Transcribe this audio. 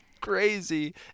crazy